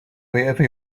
wherever